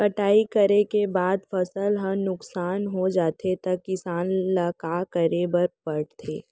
कटाई करे के बाद फसल ह नुकसान हो जाथे त किसान ल का करे बर पढ़थे?